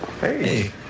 Hey